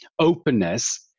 openness